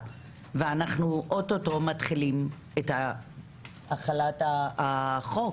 ואוטוטו אנחנו מתחילים בהחלת החוק.